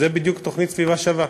זאת בדיוק תוכנית "סביבה שווה".